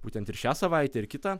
būtent ir šią savaitę ir kitą